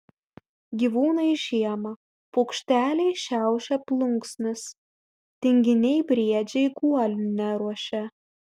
gyvūnai žiemą paukšteliai šiaušia plunksnas tinginiai briedžiai guolių neruošia